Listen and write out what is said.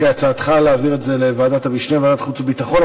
הצעתך להעביר את זה לוועדת המשנה של ועדת החוץ והביטחון,